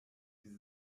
diese